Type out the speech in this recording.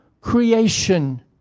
creation